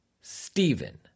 Stephen